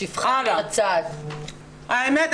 האמת,